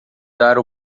dar